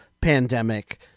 pandemic